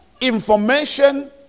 information